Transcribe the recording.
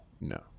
No